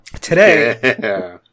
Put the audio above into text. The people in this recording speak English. Today